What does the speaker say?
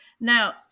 Now